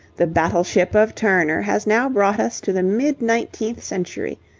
the battleship of turner has now brought us to the mid-nineteenth century,